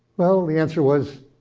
well, the answer was,